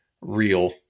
real